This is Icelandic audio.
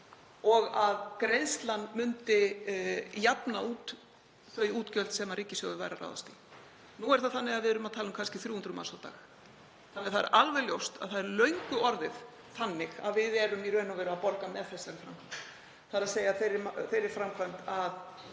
og að greiðslan myndi jafna út þau útgjöld sem ríkissjóður væri að ráðast í. Nú er það þannig við við erum að tala um kannski 300 manns á dag. Það er alveg ljóst að það er löngu orðið þannig að við erum í raun og veru að borga með þeirri framkvæmd að sinna tvöfaldri skimun